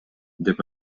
деп